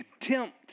Contempt